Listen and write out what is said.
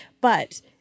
but-